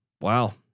Wow